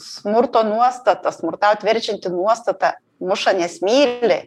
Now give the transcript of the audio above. smurto nuostata smurtaut verčianti nuostata muša nes myli